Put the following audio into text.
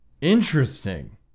Interesting